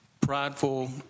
prideful